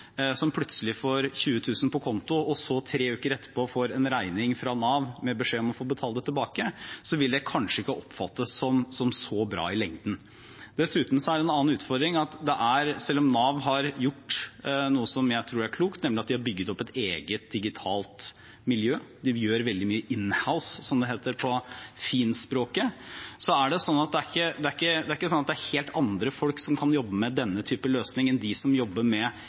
regning fra Nav med beskjed om å betale tilbake, vil det kanskje ikke oppfattes som så bra i lengden. En annen utfordring er at selv om Nav har gjort noe som jeg tror er klokt, nemlig at de har bygd opp et eget digitalt miljø og gjør veldig mye «in-house», som det heter på finspråket, er det ikke slik at helt andre folk kan jobbe med denne type løsninger enn de som jobber med individuell løsning for lønnskompensasjon. Det betyr at hvis de får enda en ny oppgave, selv om intensjonen er god, er faren ganske stor for at også lønnskompensasjonsutbetalingene blir forsinket. Er det én ting vi har erfaring med gjennom denne